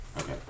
okay